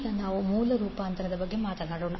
ಈಗ ನಾವು ಮೂಲ ರೂಪಾಂತರದ ಬಗ್ಗೆ ಮಾತನಾಡೋಣ